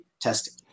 testing